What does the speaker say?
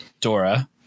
dora